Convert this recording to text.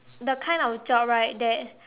the kind of job right that